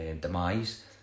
demise